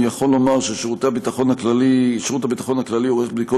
אני יכול לומר ששירות הביטחון הכללי עורך בדיקות